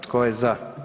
Tko je za?